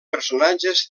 personatges